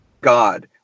God